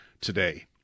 today